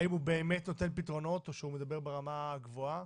האם הוא באמת נותן פתרונות או שהוא מדבר ברמה גבוהה,